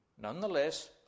Nonetheless